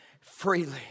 freely